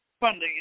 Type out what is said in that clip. funding